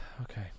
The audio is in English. Okay